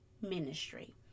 ministry